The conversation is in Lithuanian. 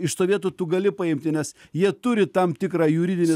iš sovietų tu gali paimti nes jie turi tam tikrą juridinį